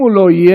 אם הוא לא יהיה,